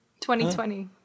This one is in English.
2020